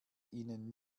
ihnen